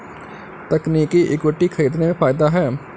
तकनीकी इक्विटी खरीदने में फ़ायदा है